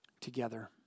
together